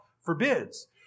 forbids